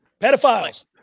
Pedophiles